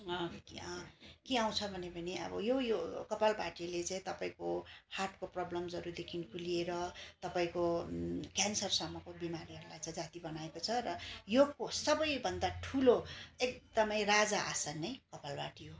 के आउँछ भने भने अब यो यो कपालभातीले चाहिँ तपाईँको हार्टको प्रब्लम्सहरूदेखिको लिएर तपाईँको क्यान्सरसम्मको बिमारीहरूलाई चाहिँ जाती बनाएको छ र यो सबैभन्दा ठुलो एकदमै राजा आसन नै कपालभाती हो